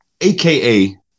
aka